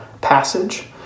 passage